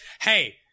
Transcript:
Hey